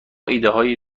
ایدههای